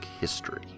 history